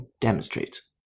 demonstrates